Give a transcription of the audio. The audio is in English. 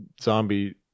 zombie